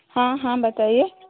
हाँ हाँ बताइए